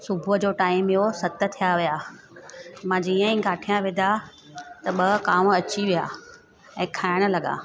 सुबुह जो टाइम हुओ सत थिया हुआ मां जीअं ई गाठिया विधा त ॿ कांव अची विया ऐं खाइण लॻा